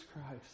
Christ